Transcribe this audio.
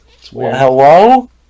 Hello